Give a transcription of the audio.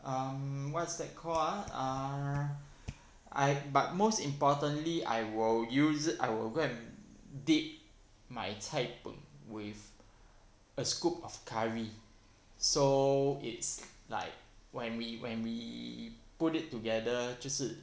um what's that call ah err I but most importantly I will use I will go and dip my cai png with a scoop of curry so it's like when we when we put it together 就是